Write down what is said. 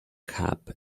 cap